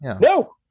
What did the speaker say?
No